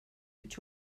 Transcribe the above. that